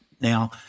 Now